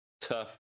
tough